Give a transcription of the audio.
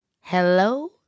Hello